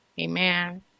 Amen